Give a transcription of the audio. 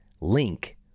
link